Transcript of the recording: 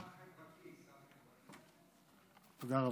תודה רבה.